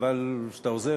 חבל שאתה עוזב,